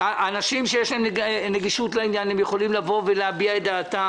האנשים שיש להם נגישות לעניין יכולים לבוא ולהביע את דעתם.